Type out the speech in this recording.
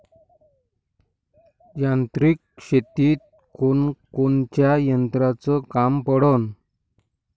यांत्रिक शेतीत कोनकोनच्या यंत्राचं काम पडन?